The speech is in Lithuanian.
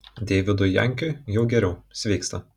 deividui jankiui jau geriau sveiksta